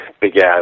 began